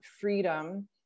freedom